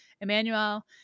Emmanuel